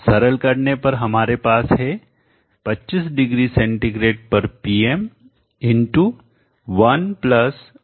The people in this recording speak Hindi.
सरल करने पर हमारे पास है 25 डिग्री सेंटीग्रेड पर Pm 1αpΔT100